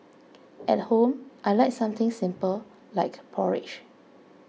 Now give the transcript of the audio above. at home I like something simple like porridge